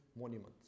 monuments